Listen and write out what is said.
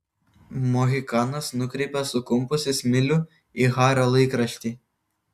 mohikanas nukreipė sukumpusį smilių į hario laikraštį